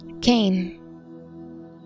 Cain